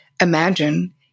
imagine